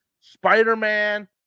Spider-Man